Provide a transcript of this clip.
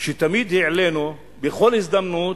שתמיד העלינו בכל הזדמנות,